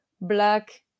black